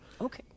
okay